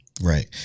Right